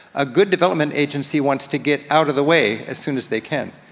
a good development agency wants to get out of the way as soon as they can.